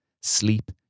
sleep